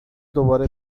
دوباره